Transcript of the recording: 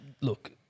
look